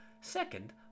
Second